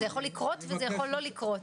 זה יכול לקרות וזה יכול לא לקרות.